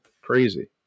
Crazy